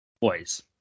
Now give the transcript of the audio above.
boys